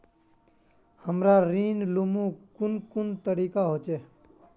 हमरा ऋण लुमू कुन कुन तरीका होचे?